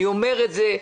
אני אומר את זה.